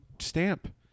stamp